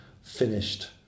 finished